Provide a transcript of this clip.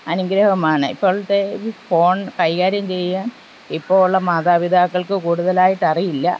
അനുഗ്രഹമാണ് ഇപ്പോഴത്തെ ഈ ഫോൺ കൈകാര്യം ചെയ്യാൻ ഇപ്പോൾ ഉള്ള മാതാപിതാക്കൾക്ക് കൂടുതലായിട്ടറിയില്ല